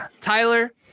Tyler